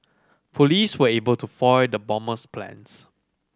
police were able to foil the bomber's plans